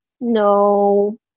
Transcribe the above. No